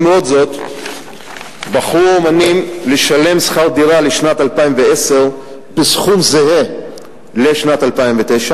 למרות זאת בחרו האמנים לשלם שכר דירה לשנת 2010 בסכום זהה לשנת 2009,